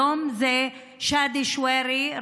היום זה שאדי שווירי,